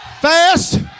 fast